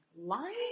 lying